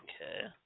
Okay